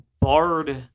barred